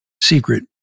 secret